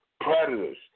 Predators